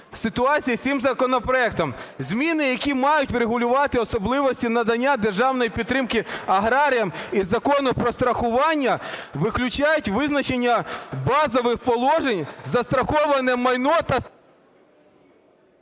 ситуації з цим законопроектом. Зміни, які мають врегулювати особливості надання державної підтримки аграріям і Закону "Про страхування", виключають визначення базових положень: "застраховане майно" та…